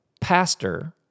pastor